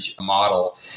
model